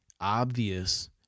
obvious